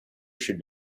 should